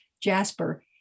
jasper